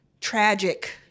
tragic